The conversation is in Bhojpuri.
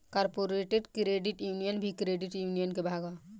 कॉरपोरेट क्रेडिट यूनियन भी क्रेडिट यूनियन के भाग ह